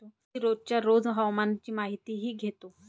मी रोजच्या रोज हवामानाची माहितीही घेतो